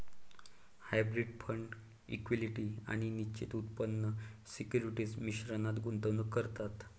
hybrid fund equity आणि निश्चित उत्पन्न सिक्युरिटीज मिश्रणात गुंतवणूक करतात